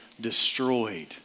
destroyed